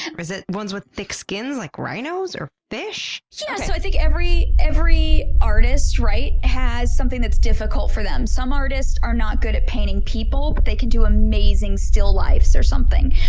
and is it ones with thick skins, like rhinos, or fish? yeah, so i think every every artist has something that's difficult for them. some artists are not good at painting people, but they can do amazing still-lifes or something.